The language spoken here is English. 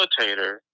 facilitator